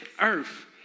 earth